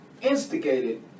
instigated